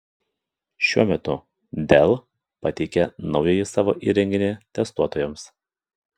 šiuo metu dell pateikė naująjį savo įrenginį testuotojams